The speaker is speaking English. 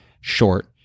short